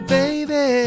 baby